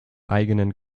eigenen